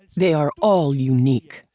they are all unique.